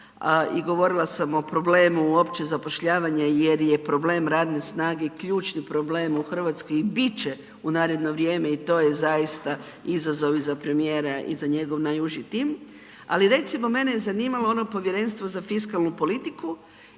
i govorila sam o problemu opće zapošljavanja jer je problem radne snage ključni problem u Hrvatskoj i bit će u naredno vrijeme i to je zaista izazov i za premijera i za njegov nauži tim. Ali, recimo, mene je zanimalo ono Povjerenstvo za fiskalnu politiku